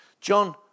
John